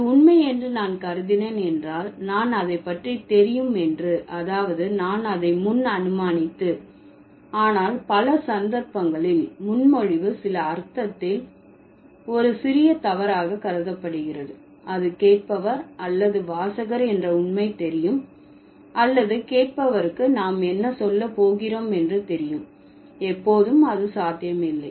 அது உண்மை என்று நான் கருதினேன் என்றால் நான் அதை பற்றி தெரியும் என்று அதாவது நான் அதை முன் அனுமானித்து ஆனால் பல சந்தர்ப்பங்களில் முன்மொழிவு சில அர்த்தத்தில் ஒரு சிறிய தவறாக கருதப்படுகிறது அது கேட்பவர் அல்லது வாசகர் என்ற உண்மை தெரியும் அல்லது கேட்பவருக்கு நாம் என்ன சொல்ல போகிறோம் என்று தெரியும் எப்போதும் அது சாத்தியம் இல்லை